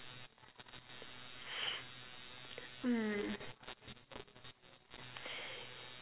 hmm